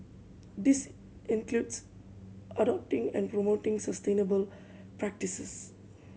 this includes adopting and promoting sustainable practices